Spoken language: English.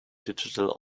digital